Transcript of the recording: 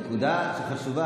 זו נקודה חשובה,